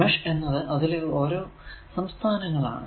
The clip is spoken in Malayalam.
മെഷ് എന്നത് അതിലെ ഓരോ സംസ്ഥാനങ്ങൾ ആണ്